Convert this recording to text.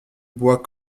bois